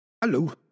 Hello